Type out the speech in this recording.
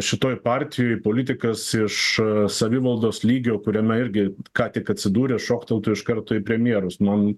šitoj partijoj politikas iš savivaldos lygio kuriame irgi ką tik atsidūrė šokteltų iš karto į premjerus man